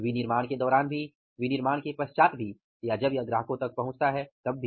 विनिर्माण के दौरान भी विनिर्माण के पश्चात भी या जब यह ग्राहकों तक पहुंचता है तब भी